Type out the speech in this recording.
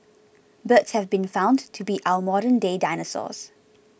birds have been found to be our modernday dinosaurs